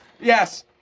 Yes